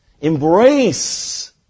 embrace